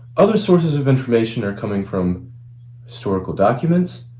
other sources of information are coming from historical documents,